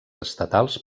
estatals